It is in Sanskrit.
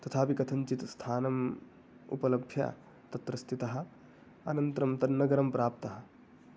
तथापि कथञ्चित् स्थानम् उपलभ्य तत्र स्थितः अनन्तरं तन्नगरं प्राप्तः